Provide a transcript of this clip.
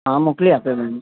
હા મોકલી આપ્યો મેમ